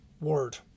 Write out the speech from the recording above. word